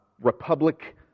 republic